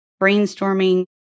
brainstorming